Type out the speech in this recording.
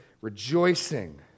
rejoicing